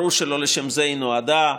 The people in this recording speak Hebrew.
ברור שלא לשם זה היא נועדה.